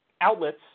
outlets